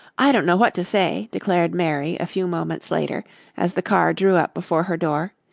i don't know what to say, declared mary a few moments later as the car drew up before her door,